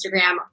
Instagram